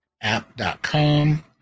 app.com